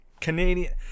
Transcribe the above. Canadian